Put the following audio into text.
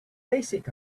basic